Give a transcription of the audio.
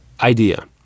idea